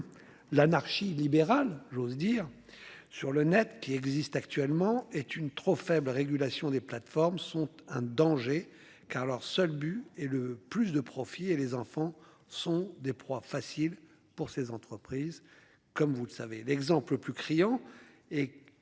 L'anarchie libérale j'ose dire sur le Net qui existe actuellement est une trop faible régulation des plateformes sont un danger car leur seul but est le plus de profit et les enfants sont des proies faciles pour ces entreprises, comme vous le savez, l'exemple le plus criant et